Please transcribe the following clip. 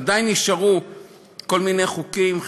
עדיין נשארו כל מיני חוקים,